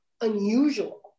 unusual